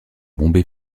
bombé